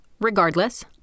Regardless